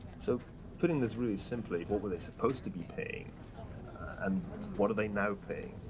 so putting this reaiiy simpiy, what were they supposed to be paying and what are they now paying?